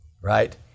Right